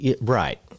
right